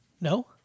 No